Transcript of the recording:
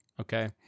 Okay